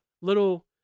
little